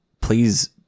please